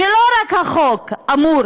שלא רק החוק אמור